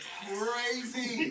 crazy